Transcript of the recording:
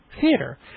theater